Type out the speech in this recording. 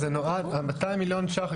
ה-200 מיליון שקלים,